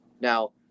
Now